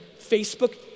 Facebook